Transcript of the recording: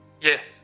Yes